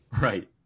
Right